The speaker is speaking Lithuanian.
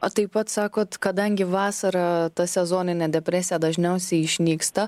o taip pat sakot kadangi vasarą ta sezoninė depresija dažniausiai išnyksta